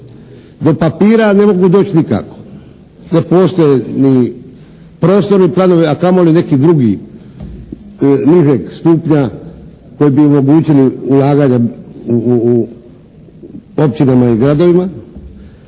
Do papira ne mogu doći nikako, ne postoje ni prostorni planovi, a kamoli neki drugi nižeg stupnja koji bi omogućili ulaganja u općinama i gradovima.